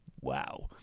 Wow